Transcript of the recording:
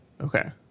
Okay